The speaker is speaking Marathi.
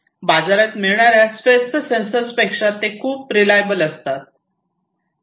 आणि बाजारात मिळणाऱ्या स्वस्त सेन्सर्स पेक्षा ते खूपच रिलायबल असतात